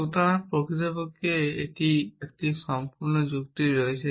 সুতরাং প্রকৃতপক্ষে একটি সম্পূর্ণ যুক্তি রয়েছে